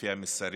לפי המסרים,